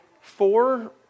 four